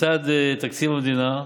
לצד תקציב המדינה,